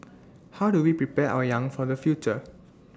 how do we prepare our young for the future